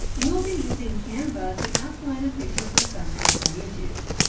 we'll be using canva to outline a picture for thumbnails on youtube.